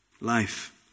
Life